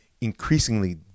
increasingly